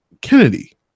Kennedy